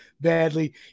badly